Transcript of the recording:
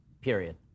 period